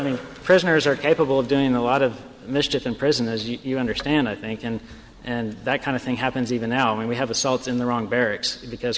mean prisoners are capable of doing a lot of mischief in prison as you understand i think and and that kind of thing happens even now when we have assaults in the wrong barracks because